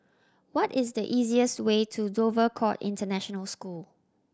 what is the easiest way to Dover Court International School